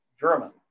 German